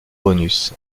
bonus